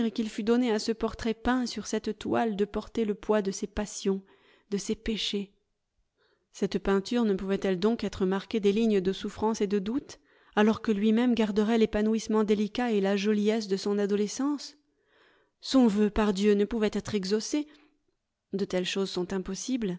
qu'il fût donné à ce portrait peint sur cette toile de porter le poids de ses passions de ses péchés cette peinture ne pouvait-elle donc être marquée des lignes de souffrance et de doute alors que lui-même garderait l'épanouissement délicat et la joliesse de son adolescence son vœu pardieu ne pouvait être exaucé de telles choses sont impossibles